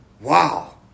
Wow